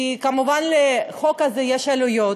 כי כמובן לחוק הזה יש עלויות,